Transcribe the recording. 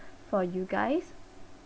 for you guys